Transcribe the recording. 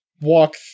walk